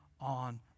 on